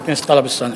חבר הכנסת טלב אלסאנע.